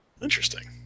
Interesting